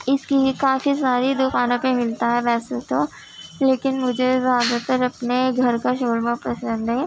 اس لیے کافی ساری دوکانوں پہ ملتا ہے ویسے تو لیکن مجھے زیادہ تر اپنے گھر کا شورمہ پسند ہے